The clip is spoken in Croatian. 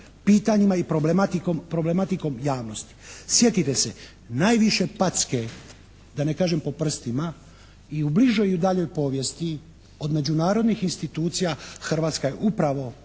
pitanjima i problematikom javnosti. Sjetite se, najviše packe da ne kažem po prstima i u bližoj i u daljoj povijesti od međunarodnih institucija Hrvatska je upravo